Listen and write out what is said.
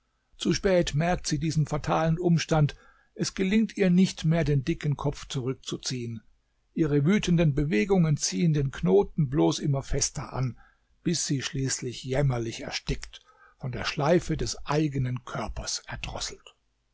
zu spät merkt sie diesen fatalen umstand es gelingt ihr nicht mehr den dicken kopf zurückzuziehen ihre wütenden bewegungen ziehen den knoten bloß immer fester an bis sie schließlich jämmerlich erstickt von der schleife des eigenen körpers erdrosselt